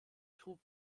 trug